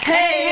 Hey